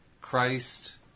Christ